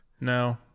No